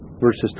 verses